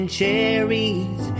cherries